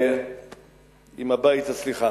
עם הבית הסליחה.